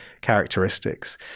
characteristics